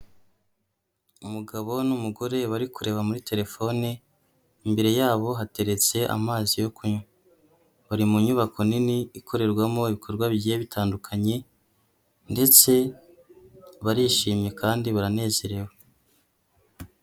Umugabo n'umugore bari kureba muri telefone, imbere yabo hateretse amazi yo kunywa. Bari mu nyubako nini ikorerwamo ibikorwa bigiye bitandukanye ndetse barishimye kandi baranezerewe.